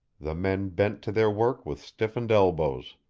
the men bent to their work with stiffened elbows.